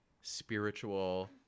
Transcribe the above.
spiritual